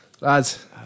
lads